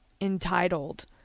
entitled